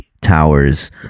towers